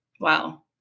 Wow